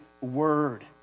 word